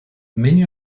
many